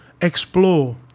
Explore